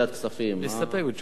להסתפק בתשובת השר.